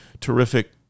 terrific